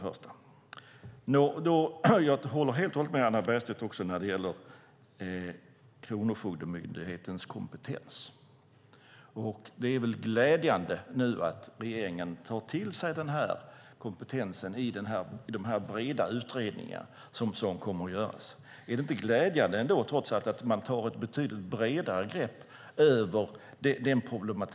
Jag håller helt med Hannah Bergstedt när det gäller Kronofogdemyndighetens kompetens. Det är väl glädjande att regeringen tar till sig den kompetensen i den breda utredning som kommer att göras. Är det inte glädjande att man tar ett bredare grepp om problemet?